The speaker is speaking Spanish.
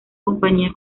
compañía